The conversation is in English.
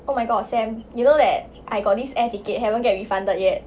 oh my god sam you know that I got this air ticket haven't get refunded yet